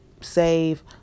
save